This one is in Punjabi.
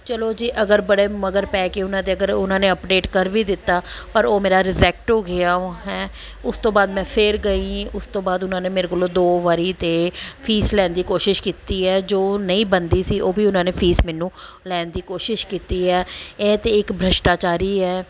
ਚੱਲੋ ਜੇ ਅਗਰ ਬੜੇ ਮਗਰ ਪੈ ਕੇ ਉਹਨਾਂ ਦੇ ਅਗਰ ਉਹਨਾਂ ਨੇ ਅਪਡੇਟ ਕਰ ਵੀ ਦਿੱਤਾ ਪਰ ਉਹ ਮੇਰਾ ਰਿਜੈਕਟ ਹੋ ਗਿਆ ਉਹ ਹੈਂ ਉਸ ਤੋਂ ਬਾਅਦ ਮੈਂ ਫਿਰ ਗਈ ਉਸ ਤੋਂ ਬਾਅਦ ਉਹਨਾਂ ਨੇ ਮੇਰੇ ਕੋਲੋਂ ਦੋ ਵਾਰ ਤਾਂ ਫੀਸ ਲੈਣ ਦੀ ਕੋਸ਼ਿਸ਼ ਕੀਤੀ ਹੈ ਜੋ ਨਹੀਂ ਬਣਦੀ ਸੀ ਉਹ ਵੀ ਉਹਨਾਂ ਨੇ ਫੀਸ ਮੈਨੂੰ ਲੈਣ ਦੀ ਕੋਸ਼ਿਸ਼ ਕੀਤੀ ਹੈ ਇਹ ਤਾਂ ਇੱਕ ਭ੍ਰਿਸ਼ਟਾਚਾਰ ਹੀ ਹੈ